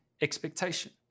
expectation